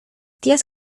tías